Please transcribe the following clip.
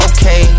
Okay